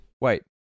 Wait